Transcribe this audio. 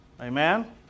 Amen